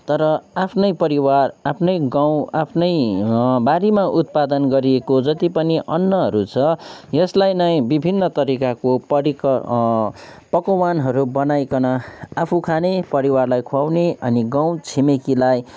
तर आफ्नै परिवार आफ्नै गाउँ आफ्नै बारीमा उत्पादन गरिएको जति पनि अन्नहरू छ यसलाई नै विभिन्न तरिकाको परिकर पकवानहरू बनाइकन आफू खाने परिवारलाई खुवाउने अनि गाउँ छिमेकीलाई